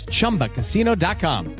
ChumbaCasino.com